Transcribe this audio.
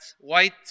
white